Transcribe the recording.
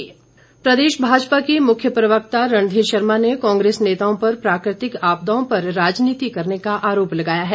रणघीर प्रदेश भाजपा के मुख्य प्रवक्ता रणधीर शर्मा ने कांग्रेस नेताओं पर प्राकृतिक आपदाओं पर राजनीति करने का आरोप लगाया है